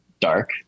dark